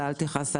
ואל תכעס עלי,